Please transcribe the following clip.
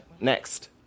Next